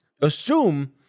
assume